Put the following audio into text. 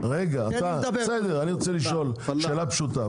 שאלה פשוטה,